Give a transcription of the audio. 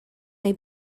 neu